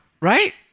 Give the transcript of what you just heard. Right